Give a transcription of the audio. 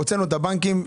הוצאנו את הבנקים,